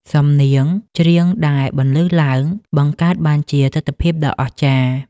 សំនៀងច្រៀងដែលបន្លឺឡើង បង្កើតបានជាទិដ្ឋភាពដ៏អស្ចារ្យ។